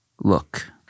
Look